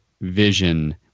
vision